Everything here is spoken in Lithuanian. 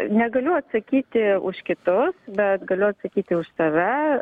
negaliu atsakyti už kitus bet galiu atsakyti už save